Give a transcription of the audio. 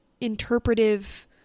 interpretive